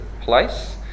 place